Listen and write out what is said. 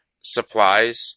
supplies